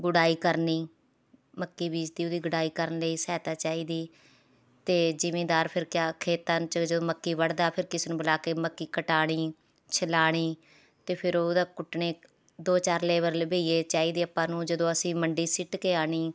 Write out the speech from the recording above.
ਗੁਡਾਈ ਕਰਨੀ ਮੱਕੀ ਬੀਜ ਦਿੱਤੀ ਉਹਦੀ ਗੁਡਾਈ ਕਰਨ ਲਈ ਸਹਾਇਤਾ ਚਾਹੀਦੀ ਅਤੇ ਜ਼ਿਮੀਂਦਾਰ ਫਿਰ ਕਿਆ ਖੇਤਾਂ 'ਚ ਜਦੋਂ ਮੱਕੀ ਵੱਢਦਾ ਫਿਰ ਕਿਸੇ ਨੂੰ ਬੁਲਾ ਕੇ ਮੱਕੀ ਕਟਾਉਣੀ ਛਿਲਾਉਣੀ ਅਤੇ ਫਿਰ ਉਹਦਾ ਕੁੱਟਣੇ ਦੋ ਚਾਰ ਲੇਬਰ ਲਈ ਬਈਏ ਚਾਹੀਦੇ ਆਪਾਂ ਨੂੰ ਜਦੋਂ ਅਸੀਂ ਮੰਡੀ ਸੁੱਟ ਕੇ ਆਉਣੀ